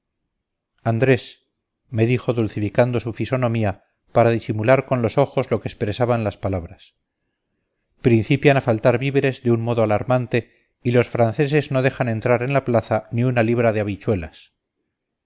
andrés me dijo dulcificando su fisonomía para disimular con los ojos lo que expresaban las palabras principian a faltar víveres de un modo alarmante y los franceses no dejan entrar en la plaza ni una libra de habichuelas